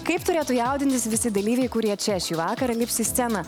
kaip turėtų jaudintis visi dalyviai kurie čia šį vakarą lips į sceną